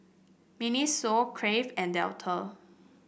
Miniso Crave and Dettol